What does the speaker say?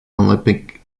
olympic